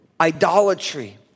idolatry